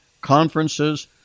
conferences